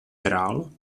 hrál